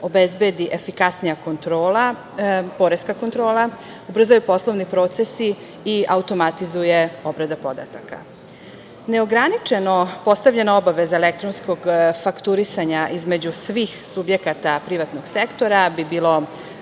obezbedi efikasnija kontrola, poreska kontrola, ubrzaju poslovni procesi i automatizuje obrada podataka. Neograničeno postavljena obaveza elektronskog fakturisanja između svih subjekata privatnog sektora bi bilo